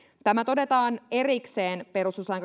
tämä todetaan erikseen perustuslain